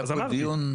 אז אמרתי,